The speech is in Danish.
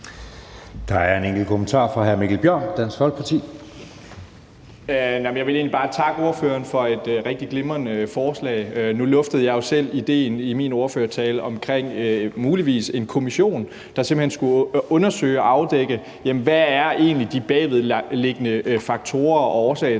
Der er en kommentar fra hr. Mikkel Bjørn, Dansk Folkeparti. Kl. 18:57 Mikkel Bjørn (DF): Jeg ville egentlig bare takke ordføreren for et rigtig glimrende forslag. Nu luftede jeg jo selv idéen i min ordførertale om en mulig kommission, der simpelt hen skulle undersøge og afdække, hvad de bagvedliggende faktorer og årsager